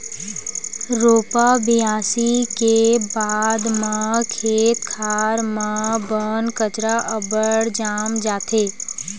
रोपा बियासी के बाद म खेत खार म बन कचरा अब्बड़ जाम जाथे